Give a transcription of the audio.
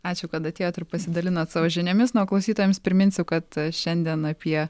ačiū kad atėjot ir pasidalinot savo žiniomis na o klausytojams priminsiu kad šiandien apie